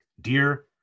Dear